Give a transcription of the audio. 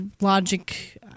logic